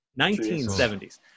1970s